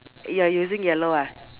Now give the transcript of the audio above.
you're using yellow ah